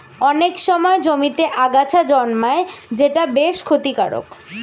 অনেক সময় জমিতে আগাছা জন্মায় যেটা বেশ ক্ষতিকারক